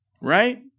Right